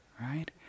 Right